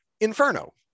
Inferno